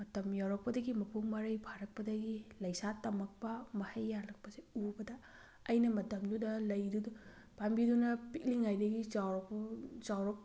ꯃꯇꯝ ꯌꯧꯔꯛꯄꯗꯒꯤ ꯃꯄꯨꯡ ꯃꯔꯩ ꯐꯥꯔꯛꯄꯗꯒꯤ ꯂꯩꯁꯥꯠ ꯇꯝꯃꯛꯄ ꯃꯍꯩ ꯌꯥꯜꯂꯛꯄꯁꯦ ꯎꯕꯗ ꯑꯩꯅ ꯃꯇꯝꯗꯨꯗ ꯂꯩꯗꯨꯗ ꯄꯥꯝꯕꯤꯗꯨꯅ ꯄꯤꯛꯂꯤꯉꯩꯗꯒꯤ ꯆꯥꯎꯔꯛꯐꯧ ꯆꯥꯎꯔꯛ